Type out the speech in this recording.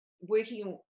working